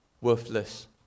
worthless